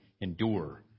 endure